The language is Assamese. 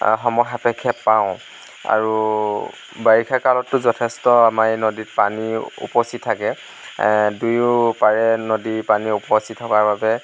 সময় সাপেক্ষে পাওঁ আৰু বাৰিষা কালতটো যথেষ্ট আমাৰ এই নদীত পানী উপচি থাকে দুয়োপাৰে নদীৰ পানী উপচি থকাৰ বাবে